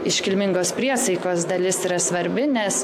iškilmingos priesaikos dalis yra svarbi nes